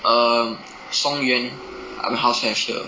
um Songyuan my house have sure